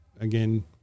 again